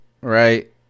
right